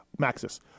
Maxis